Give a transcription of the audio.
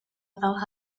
about